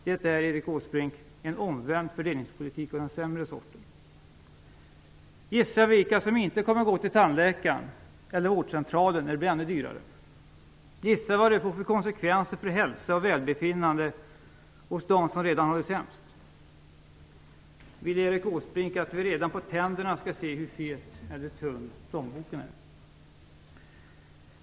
Det är, Erik Åsbrink, en omvänd fördelningspolitik av den sämre sorten! Gissa vilka som inte kommer att gå till tandläkaren eller vårdcentralen när det blir ännu dyrare! Gissa vad det får för konsekvenser för hälsa och välbefinnande hos dem som redan har det sämst! Vill Erik Åsbrink att vi redan på tänderna skall se hur fet eller tunn plånboken är?